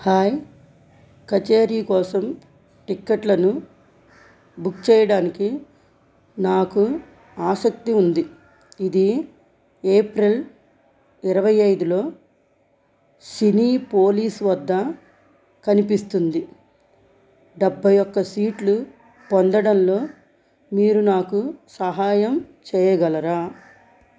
hi కచేరీ కోసం టిక్కెట్లను బుక్ చేయడానికి నాకు ఆసక్తి ఉంది ఇది ఏప్రిల్ ఇరవై ఐదులో సినీపోలిస్ వద్ద కనిపిస్తుంది డెబ్బై ఒక్క సీట్లు పొందడంలో మీరు నాకు సహాయం చేయగలరా